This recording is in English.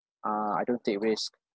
uh I don't take risk